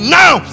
now